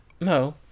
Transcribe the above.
No